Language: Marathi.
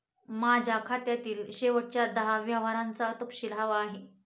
माझ्या खात्यातील शेवटच्या दहा व्यवहारांचा तपशील हवा आहे